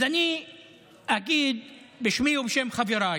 אז אני אגיד בשמי ובשם חבריי: